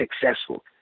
successful